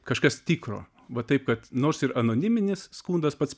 kažkas tikro va taip kad nors ir anoniminis skundas pats